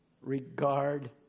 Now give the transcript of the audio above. regard